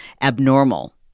abnormal